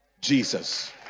jesus